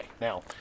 Now